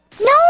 No